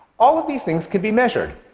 all of these things can be measured.